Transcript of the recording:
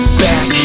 back